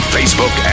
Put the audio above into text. Facebook